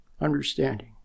understanding